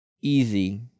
Easy